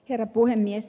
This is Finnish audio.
herra puhemies